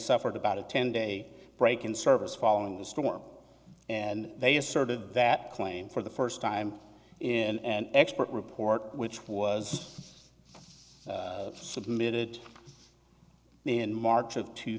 suffered about a ten day break in service following the storm and they asserted that claim for the first time in and expert report which was submitted in march of two